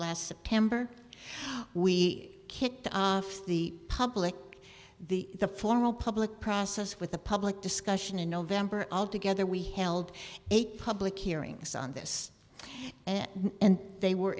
last september we kicked off the public the the formal public process with a public discussion in november all together we held eight public hearings on this and and they were